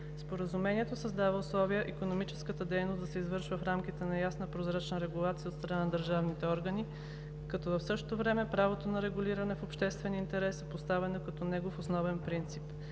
Споразумението създава условия икономическата дейност да се извършва в рамките на ясна и прозрачна регулация от страна на държавните органи, като в същото време правото на регулиране на обществен интерес е поставено като негов основен принцип.